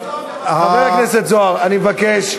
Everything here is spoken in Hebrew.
חבר הכנסת זוהר, אני מבקש.